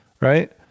right